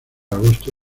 agosto